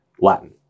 Latin